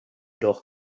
doch